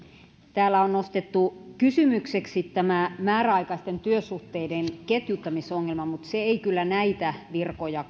täällä on nostettu kysymykseksi tämä määräaikaisten työsuhteiden ketjuttamisongelma mutta se ei kyllä koske näitä virkoja